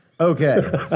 Okay